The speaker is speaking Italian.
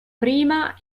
prima